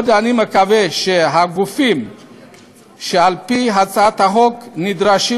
אני מקווה שהגופים שעל-פי הצעת החוק נדרשים